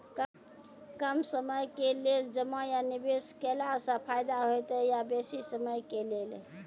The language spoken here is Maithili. कम समय के लेल जमा या निवेश केलासॅ फायदा हेते या बेसी समय के लेल?